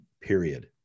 period